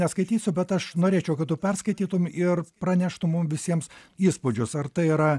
neskaitysiu bet aš norėčiau kad tu perskaitytum ir praneštum mum visiems įspūdžius ar tai yra